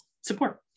support